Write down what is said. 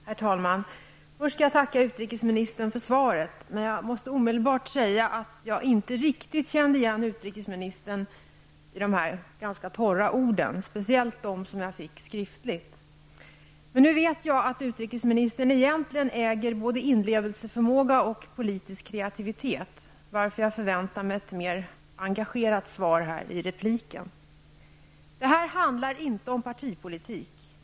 Herr talman! Först skall jag tacka utrikesministern för svaret. Men jag måste omedelbart säga att jag inte riktigt känner igen utrikesministern i de här torra orden, det gäller särskilt det skriftliga svaret. Nu vet jag att utrikesministern egentligen äger både inlevelseförmåga och politisk kreativitet, varför jag förväntar mig ett mer engagerat svar i repliken. Det här handlar inte om partipolitik.